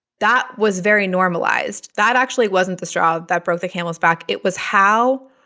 that was very normalized. that actually wasn't the straw that broke the camel's back. it was how.